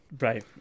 Right